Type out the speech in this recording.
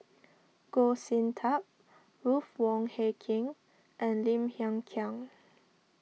Goh Sin Tub Ruth Wong Hie King and Lim Hng Kiang